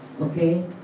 okay